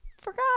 forgot